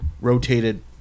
rotated